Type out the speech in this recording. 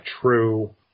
true